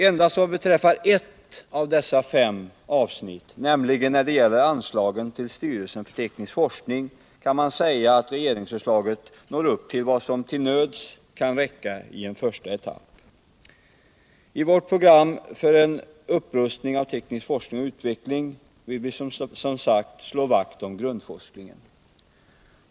Endast vad beträffar ett av dessa fem avsnitt, nämligen det som gäller anslagen till styrelsen för teknisk forskning, kan man säga att regeringsförslaget når upp till vad som till nöds kan räcka i en första etapp. I vårt program för en upprustning av teknisk forskning och utveckling vill vi som sagt slå vakt om grundforskningen.